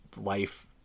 life